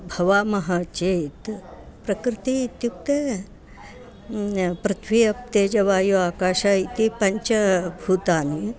भवामः चेत् प्रकृतिः इत्युक्ते पृथ्वी आपः तेजः वायुः आकाशः इति पञ्चभूतानि